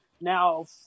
Now